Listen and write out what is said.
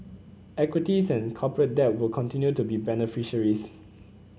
equities and corporate debt will continue to be beneficiaries